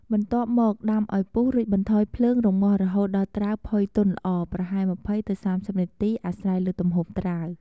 បន្ទាប់មក ដាំឱ្យពុះ រួចបន្ថយភ្លើងរម្ងាស់រហូតដល់ត្រាវផុយទន់ល្អ ប្រហែល ២០ ទៅ ៣០ នាទី អាស្រ័យលើទំហំត្រាវ។